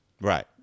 Right